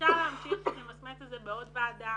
אפשר להמשיך למסמס את זה בעוד ועדה